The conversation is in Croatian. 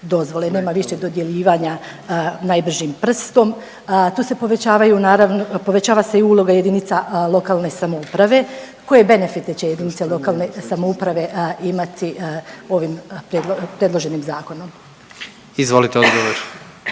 dozvole. Nema više dodjeljivanja najbržim prstom. Tu se povećavaju naravno, povećava se i uloga jedinica lokalne samouprave. Koje benefite će jedinice lokalne samouprave imati ovih predloženim zakonom? **Jandroković,